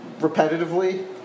repetitively